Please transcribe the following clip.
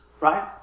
right